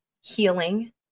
healing